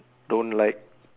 don't like